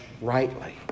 rightly